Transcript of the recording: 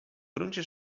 gruncie